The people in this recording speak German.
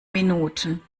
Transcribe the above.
minuten